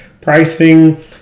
Pricing